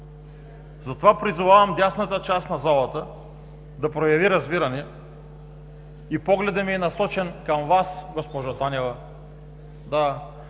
Затова призовавам дясната част на залата да прояви разбиране и погледът ми е насочен към Вас, госпожо Танева.